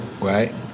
right